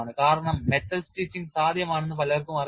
കാരണം metal stitching സാധ്യമാണെന്ന് പലർക്കും അറിയില്ല